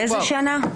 באיזו שנה?